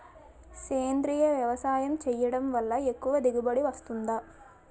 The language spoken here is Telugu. సేంద్రీయ వ్యవసాయం చేయడం వల్ల ఎక్కువ దిగుబడి వస్తుందా?